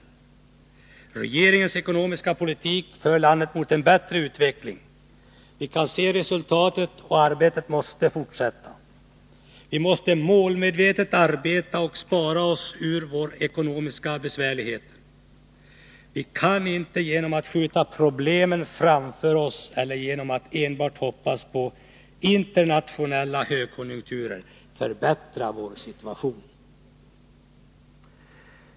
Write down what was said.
Regeringens ekonomiska politik för landet mot en bättre utveckling. Vi kan se resultatet, och arbetet måste fortsätta. Vi måste målmedvetet arbeta och spara oss ur våra ekonomiska besvärligheter. Vi kan inte genom att skjuta problemen framför oss eller enbart genom att hoppas på internationella högkonjunkturer förbättra vår situation.